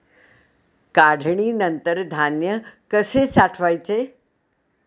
काढणीनंतर धान्य कसे साठवायचे?